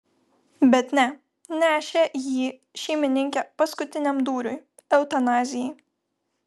bet ne nešė jį šeimininkė paskutiniam dūriui eutanazijai